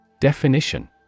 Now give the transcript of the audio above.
Definition